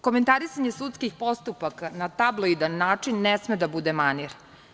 Komentarisanje sudskih postupaka na tabloidan način ne sme da bude manir.